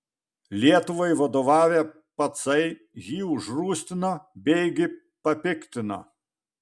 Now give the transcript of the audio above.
lietuvai vadovavę pacai jį užrūstino beigi papiktino